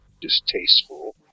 distasteful